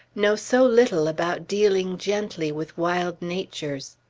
know so little about dealing gently with wild natures!